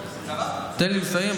תן לי לסיים.